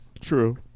True